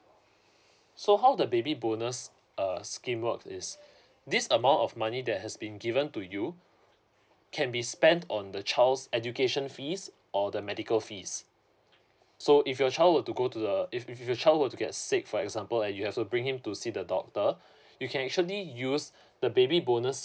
so how the baby bonus uh scheme works is this amount of money that has been given to you can be spent on the child's education fees or the medical fees so if your child were to go to the if if your child were to get sick for example and you have to bring him to see the doctor you can actually use the baby bonus